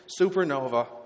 supernova